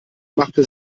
machte